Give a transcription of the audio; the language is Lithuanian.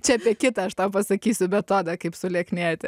čia apie kitą aš tau pasakysiu metodą kaip sulieknėti